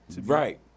Right